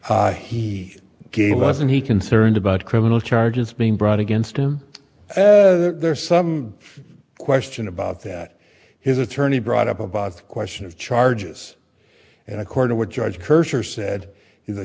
honor he gave us and he concerned about criminal charges being brought against him there's some question about that his attorney brought up about the question of charges and according what judge curser said he the